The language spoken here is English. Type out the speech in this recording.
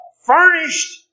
furnished